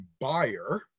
buyer